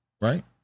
Right